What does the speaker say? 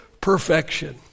perfection